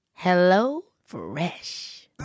HelloFresh